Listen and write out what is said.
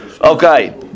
Okay